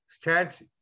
Chance